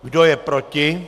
Kdo je proti?